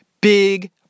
Big